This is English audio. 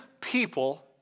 people